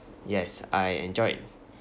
yes I enjoyed